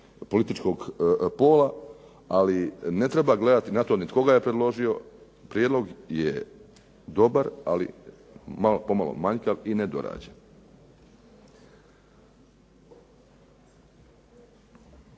političkog pola, ali ne treba gledati na to ni tko ga je predložio. Prijedlog je dobar, ali pomalo manjkav i nedorađen.